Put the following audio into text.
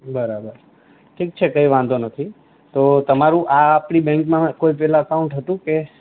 બરાબર ઠીક છે કંઈ વાંધો નથી તો તમારું આ આપણી બેન્કમાં કોઇ પહેલાં અકાઉન્ટ હતું કે